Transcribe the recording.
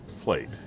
plate